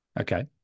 Okay